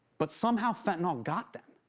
but somehow fentanyl got them.